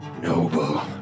noble